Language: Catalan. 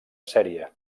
sèrie